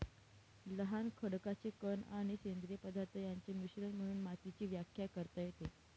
लहान खडकाचे कण आणि सेंद्रिय पदार्थ यांचे मिश्रण म्हणून मातीची व्याख्या करता येते